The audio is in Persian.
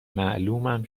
معلومم